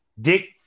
dick